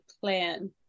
plan